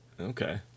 Okay